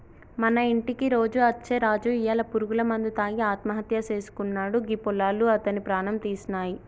మన ఇంటికి రోజు అచ్చే రాజు ఇయ్యాల పురుగుల మందు తాగి ఆత్మహత్య సేసుకున్నాడు గీ పొలాలు అతని ప్రాణం తీసినాయి